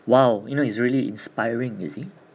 !wow! you know it's really inspiring you see